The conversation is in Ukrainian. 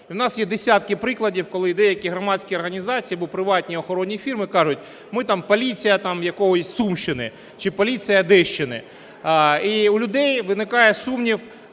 в нас є десятки прикладів, коли деякі громадські організації або приватні охоронні фірми кажуть: ми там поліція якоїсь Сумщини, чи поліція Одещини. І в людей виникає сумнів,